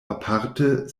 aparte